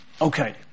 okay